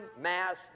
mass